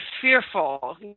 fearful